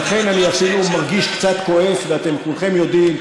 האלוף, אתה בטוח שהקשבת?